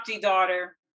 daughter